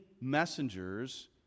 messengers